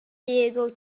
diego